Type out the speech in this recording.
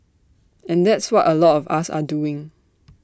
and that's what A lot us are doing